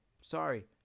sorry